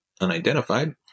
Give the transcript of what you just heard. unidentified